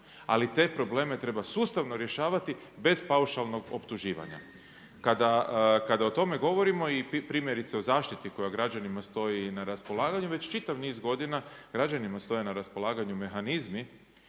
ali te probleme treba sustavno rješavati bez paušalnog optuživanja. Kada o tome govorimo i primjerice o zaštiti koja građanima stoji na raspolaganju već čitav niz godina građanima na raspolaganju stoje mehanizmi